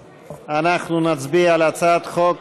אנחנו נצביע על הצעת חוק